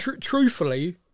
truthfully